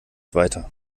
weiter